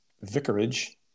vicarage